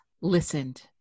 listened